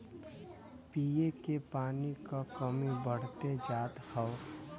पिए के पानी क कमी बढ़्ते जात हौ